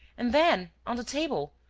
and then, on the table,